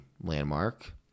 landmark